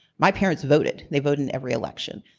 my parents voted. they voted in every election.